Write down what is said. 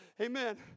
amen